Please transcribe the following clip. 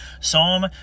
Psalm